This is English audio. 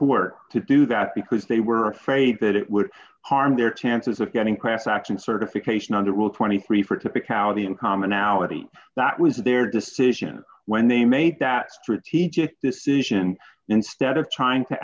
work to do that because they were afraid that it would harm their chances of getting class action certification under rule twenty three for it to pick out the uncommon now eighty that was their decision when they made that strategic decision instead of trying to